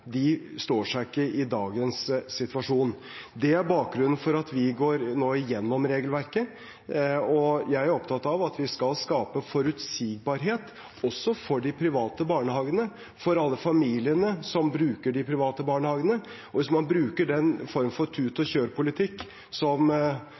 står seg i dagens situasjon. Det er bakgrunnen for at vi nå går igjennom regelverket. Jeg er opptatt av at vi skal skape forutsigbarhet også for de private barnehagene, for alle familiene som bruker de private barnehagene. Hvis man bruker den form for